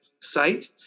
site